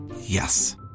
Yes